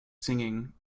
singing